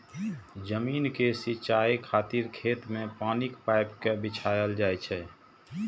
जमीन के सिंचाइ खातिर खेत मे पानिक पाइप कें बिछायल जाइ छै